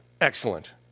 Excellent